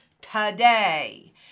today